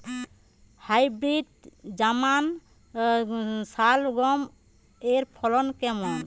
Hybrid German শালগম এর ফলন কেমন?